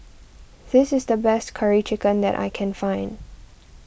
this is the best Curry Chicken that I can find